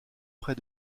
près